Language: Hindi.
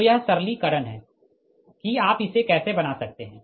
तो यह सरलीकरण है कि आप इसे कैसे बना सकते है